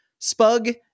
Spug